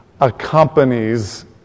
accompanies